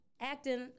acting